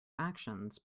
actions